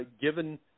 given